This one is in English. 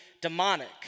demonic